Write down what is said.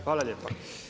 Hvala lijepa.